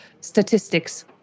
statistics